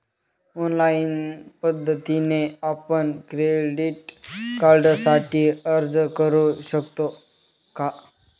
Online पद्धतीने आपण credit कार्डसाठी अर्ज करु शकतो का?